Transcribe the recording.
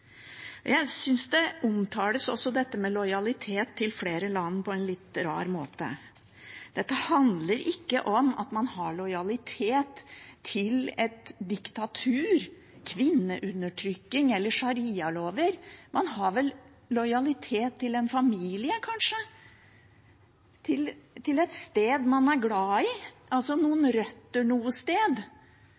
Jeg synes dette med lojalitet til flere land omtales på en litt rar måte. Dette handler ikke om at man har lojalitet til et diktatur, kvinneundertrykking eller sharialover. Man har lojalitet til en familie, kanskje, til et sted man er glad i – altså noen røtter et sted.